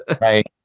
Right